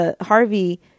Harvey